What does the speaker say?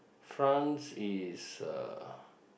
France is uh